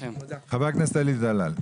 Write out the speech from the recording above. חבר הכנסת אלי דלל.